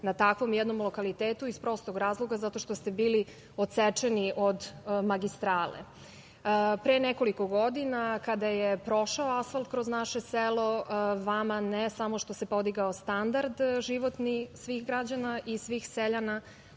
na takvom jednom lokalitetu iz prostog razloga zato što ste bili odsečeni od magistrale. Pre nekoliko godina kada je prošao asfalt kroz naše selo, vama ne samo što se podigao standard životni svih građana i svih seljana